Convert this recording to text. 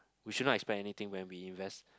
we should not expect anything when we invest